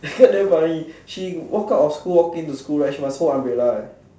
I heard damn funny she walk out of school walk into school right she must hold umbrella leh